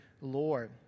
lord